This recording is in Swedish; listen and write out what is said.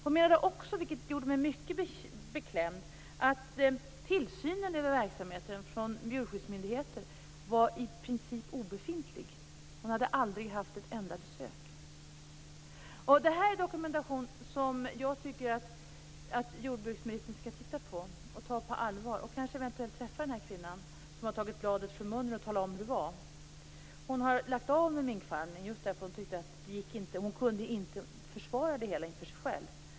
Hon menar också, vilket gjorde mig mycket beklämd, att tillsynen över verksamheten från djurskyddsmyndigheter var i princip obefintlig. Hon har aldrig haft ett enda besök. Detta är en dokumentation som jag tycker att jordbruksministern skall ta del av och ta på allvar. Jordbruksministern borde eventuellt träffa denna kvinna som har tagit bladet från munnen och talat om hur det var. Hon har lagt av med minkfarmning just därför att hon inte kunde försvara det hela inför sig själv.